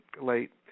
late